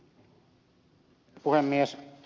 herra puhemies